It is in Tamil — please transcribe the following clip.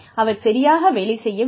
அவர் சரியாக வேலை செய்யவில்லை